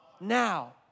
now